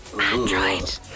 Android